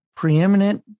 Preeminent